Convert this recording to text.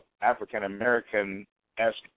African-American-esque